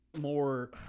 more